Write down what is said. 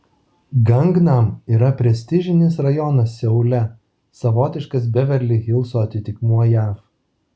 gangnam yra prestižinis rajonas seule savotiškas beverli hilso atitikmuo jav